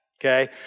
Okay